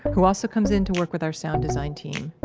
who also comes in to work with our sound design team.